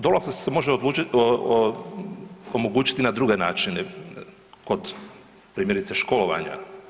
Dolaske se može omogućiti na druge načina, kod primjerice školovanja.